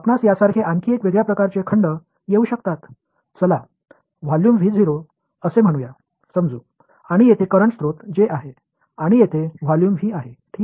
आपणास यासारखे आणखी एक वेगळ्या प्रकारचे खंड येऊ शकतात चला व्हॉल्यूम असे म्हणूया समजू आणि येथे करंट स्रोत J आहे आणि हे व्हॉल्यूम V आहे ठीक आहे